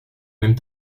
mêmes